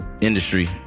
industry